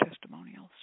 testimonials